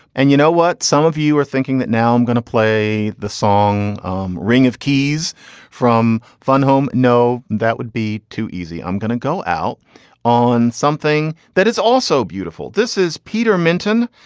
and you know what? some of you are thinking that now i'm going to play the song um ring of keys from fun home. no, that would be too easy. i'm gonna go out on something that is also beautiful. this is peter menton,